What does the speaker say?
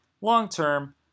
long-term